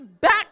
back